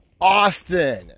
Austin